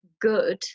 good